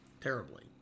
terribly